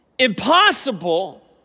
Impossible